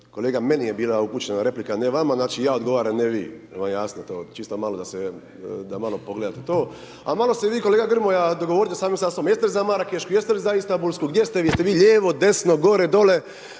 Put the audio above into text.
Kolega, meni je bila upućena replika a ne vama, znači ja odgovaram a ne vi. Je li vam jasno to? Čisto malo da se, da malo pogledate to. A malo se vi kolega Grmoja dogovorite sami sa sobom, jeste li za marakešku, jeste li za istanbulsku, gdje ste vi, jeste vi lijevo, desno, gore dolje.